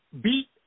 beat